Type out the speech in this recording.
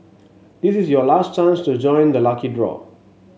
this is your last chance to join the lucky draw